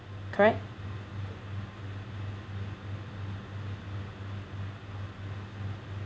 correct